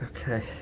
Okay